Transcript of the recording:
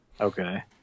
Okay